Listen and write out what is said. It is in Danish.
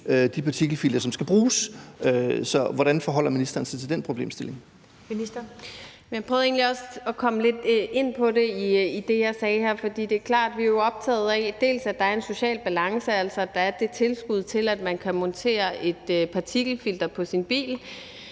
(Karen Ellemann): Ministeren. Kl. 15:42 Miljøministeren (Lea Wermelin): Jeg prøvede egentlig også at komme lidt ind på det i det, jeg sagde her. For det er klart, at vi jo er optaget af, at der er en social balance, altså at der er det tilskud til, at man kan montere et partikelfilter på sin bil.